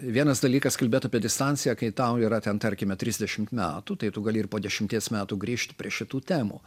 vienas dalykas kalbėt apie distanciją kai tau yra ten tarkime trisdešimt metų tai tu gali ir po dešimties metų grįžt prie šitų temų